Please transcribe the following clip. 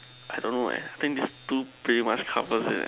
I don't know eh I think these two pretty much covers